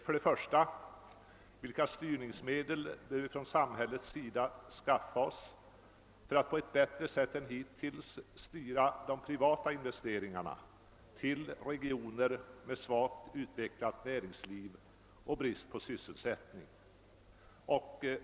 För det första frågar jag vilka styrningsmedel vi från samhällets sida bör skaffa oss för att på ett bättre sätt än hittills styra de privata investeringarna till regioner med svagt utvecklat näringsliv och brist på sysselsättning.